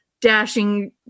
dashing